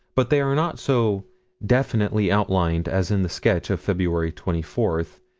but they are not so definitely outlined as in the sketch of february twenty fourth,